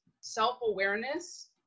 self-awareness